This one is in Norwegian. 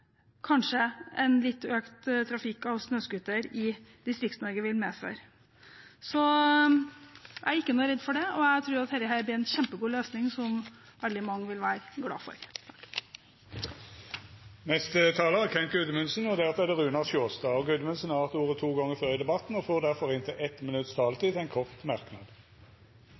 kanskje litt økt trafikk av snøscooter i Distrikts-Norge vil medføre. Jeg er ikke noe redd for det. Jeg tror dette blir en kjempegod løsning som veldig mange vil være glad for. Representanten Kent Gudmundsen har hatt ordet to gongar før i debatten og får difor ordet til ein kort merknad,